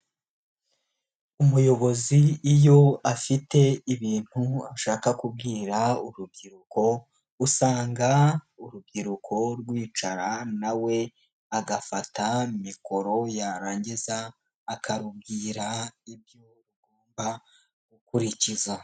Umuyobozi iyo afite ibintu ashaka kubwira urubyiruko, usanga urubyiruko rwicara na we agafata mikoro yarangiza akarubwira ibyo rugomba gukurikiza.